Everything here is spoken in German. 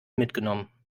mitgenommen